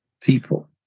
people